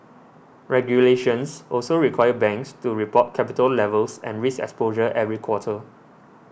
regulations also require banks to report capital levels and risk exposure every quarter